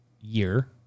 year